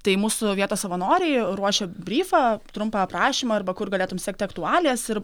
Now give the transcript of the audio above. tai mūsų vietos savanoriai ruošia bryfą trumpą aprašymą arba kur galėtum sekti aktualijas ir